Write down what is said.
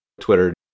Twitter